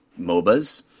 MOBAs